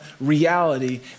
reality